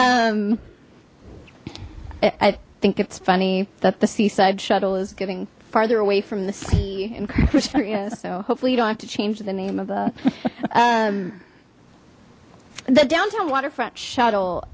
it i think it's funny that the seaside shuttle is getting farther away from the sea and yes so hopefully you don't have to change the name of the the downtown waterfront shuttle